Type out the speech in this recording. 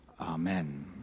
Amen